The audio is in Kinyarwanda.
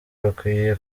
bakwiye